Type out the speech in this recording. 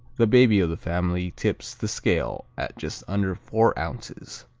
the baby of the family tips the scale at just under four ounces.